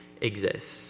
exists